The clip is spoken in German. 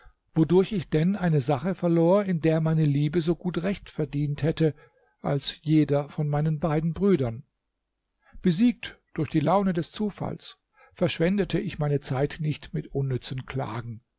wodurch ich denn eine sache verlor in der meine liebe so gut recht verdient hätte als jeder von meinen beiden brüdern besiegt durch die laune des zufalls verschwendete ich meine zeit nicht mit unnützen klagen